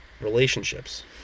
relationships